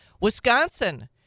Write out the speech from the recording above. Wisconsin